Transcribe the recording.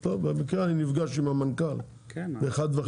טוב, במקרה אני נפגש עם המנכ"ל באחת וחצי.